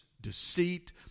deceit